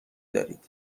دارید